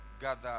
gather